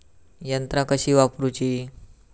यंत्रा कशी वापरूची?